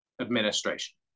administration